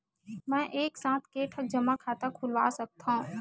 मैं एक साथ के ठन जमा खाता खुलवाय सकथव?